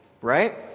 right